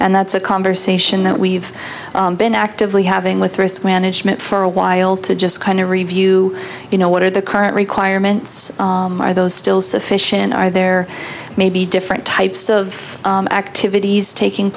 and that's a conversation that we've been actively having with risk management for a while to just kind of review you know what are the current requirements are those still sufficient are there may be different types of activities taking